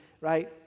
right